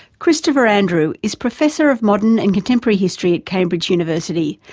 christopher andrew is professor of modern and contemporary history at cambridge university,